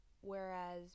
whereas